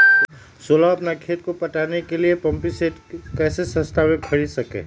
सोलह अपना खेत को पटाने के लिए पम्पिंग सेट कैसे सस्ता मे खरीद सके?